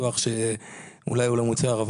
אולי הוא לא מוצהר,